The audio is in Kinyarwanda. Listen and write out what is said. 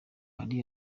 hari